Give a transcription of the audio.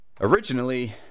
originally